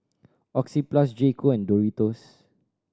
Oxyplus J Co and Doritos